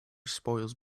spoils